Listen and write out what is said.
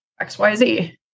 XYZ